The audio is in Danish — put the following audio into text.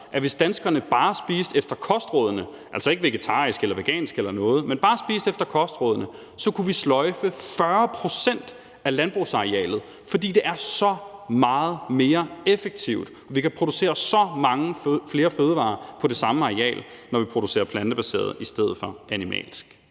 at hvis danskerne bare spiste efter kostrådene – altså ikke vegetarisk eller vegansk eller noget, men bare efter kostrådene – så kunne vi sløjfe 40 pct. af landbrugsarealet, fordi det er så meget mere effektivt. Vi kan producere så mange flere fødevarer på det samme areal, når vi producerer plantebaseret i stedet for animalsk.